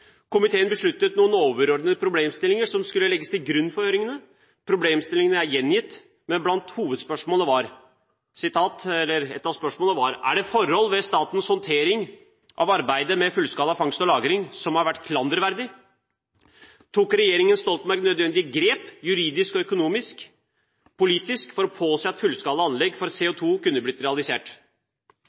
Komiteen besluttet noen overordnede problemstillinger som skulle legges til grunn for høringene. Problemstillingene er gjengitt, men blant hovedspørsmålene var: «Er det forhold ved statens håndtering av arbeidet med fullskala fangst og lagring av CO2 som har vært klanderverdig? Tok regjeringen Stoltenberg II nødvendige grep – juridisk, økonomisk og politisk – for å påse at fullskalaanlegg for CO2 kunne blitt realisert?»